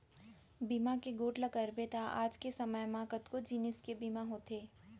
बीमा के गोठ ल कइबे त आज के समे म कतको जिनिस के बीमा होथे